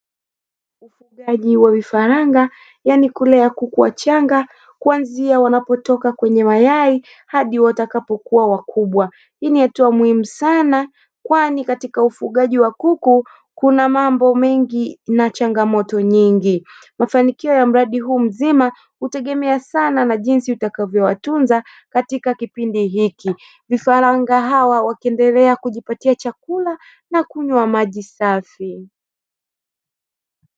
Ufugaji wa vifaranga, yaani kulea kuku wachanga, kuanzia wanapotoka kwenye mayai hadi watakapokuwa wakubwa. Hii ni hatua muhimu sana, kwani katika ufugaji wa kuku kuna mambo mengi na changamoto nyingi. Mafanikio ya mradi huu mzima hutegemea sana na jinsi utakavyowatunza katika kipindi hiki, vifaranga hawa wakiendelea kujipatia chakula na kunywa maji safi.